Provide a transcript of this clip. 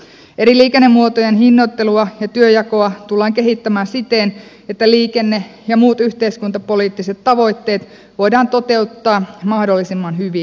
eri liikennemuotojen hinnoittelua ja työnjakoa tullaan kehittämään siten että liikenne ja muut yhteiskuntapoliittiset tavoitteet voidaan toteuttaa mahdollisimman hyvin